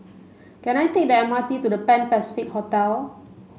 can I take the M R T to The Pan Pacific Hotel